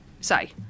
say